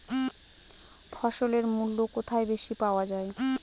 ফসলের মূল্য কোথায় বেশি পাওয়া যায়?